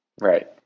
Right